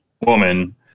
woman